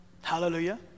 Hallelujah